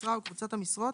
המשרה או קבוצת משרות,